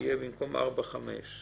תקופת ההתיישנות תהיה חמש במקום ארבע, כאשר